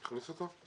תכניס אותו?